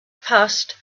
passed